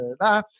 da